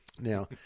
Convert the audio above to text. Now